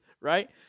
right